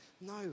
no